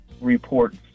reports